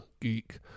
geek